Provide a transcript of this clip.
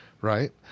right